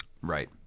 Right